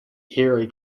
erie